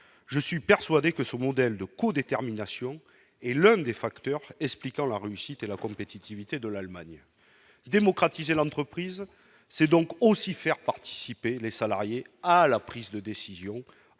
je suis persuadé que son modèle de coups, détermination et lever des facteurs expliquant la réussite et la compétitivité de l'Allemagne, démocratiser l'entreprise, c'est donc aussi faire participer les salariés à la prise de décision